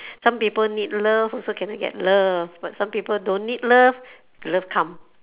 some people need love also cannot get love but some people don't need love love come